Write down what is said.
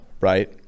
right